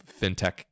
fintech